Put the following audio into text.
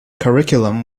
curriculum